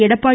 Edappadi